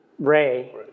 Ray